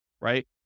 right